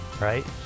right